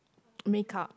make up